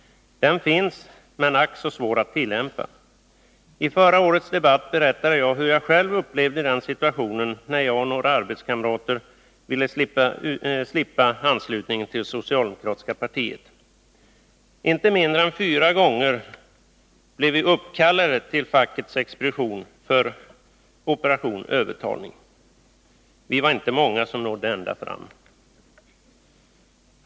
Den finns — men den är ack så svår att 18 november 1981 tillämpa. I förra årets debatt berättade jag hur jag själv upplevde situationen när jag och några arbetskamrater ville slippa anslutningen till det socialdemokratiska partiet. Inte mindre än fyra gånger blev vi uppkallade till fackets expedition för operation övertalning. Vi var inte många som nådde ända fram.